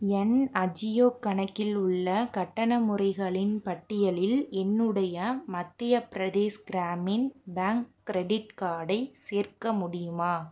என் அஜியோ கணக்கில் உள்ள கட்டண முறைகளின் பட்டியலில் என்னுடைய மத்திய பிரதேஷ் கிராமின் பேங்க் கிரெடிட் கார்டை சேர்க்க முடியுமா